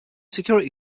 security